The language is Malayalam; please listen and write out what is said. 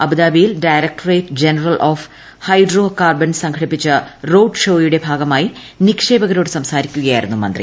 അബുദാബിയിൽ directorate general of hydrocarbons സംഘടിപ്പിച്ചു റോഡ് ഷോയുടെ ഭാഗമായി നിക്ഷേപകരോട് സംസാരിക്കുകയായിരുന്നു മന്ത്രി